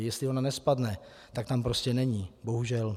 Jestli ona nespadne, tak tam prostě není, bohužel.